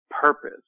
purpose